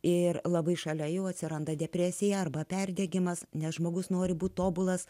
ir labai šalia jų atsiranda depresija arba perdegimas nes žmogus nori būti tobulas